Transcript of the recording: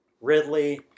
Ridley